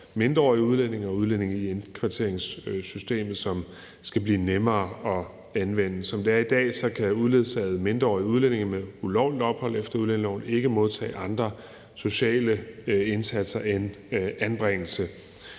mindreårige udlændinge og udlændinge i indkvarteringssystemet, som skal blive nemmere at anvende. Som det er i dag, kan uledsagede mindreårige udlændinge med ulovligt ophold efter udlændingeloven ikke modtage andre sociale indsatser end anbringelse.